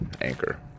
Anchor